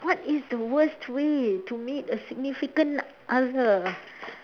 what is the worst way to meet a significant other